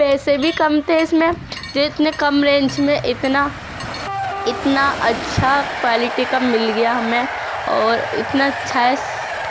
پیسے بھی کم تھے اس میں کہ اتنے کم رینج میں اتنا اتنا اچھا کوالٹی کا مل گیا ہمیں اور اتنا اچھا ہے